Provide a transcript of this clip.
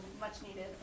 much-needed